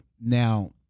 Now